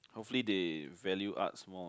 hopefully they value arts more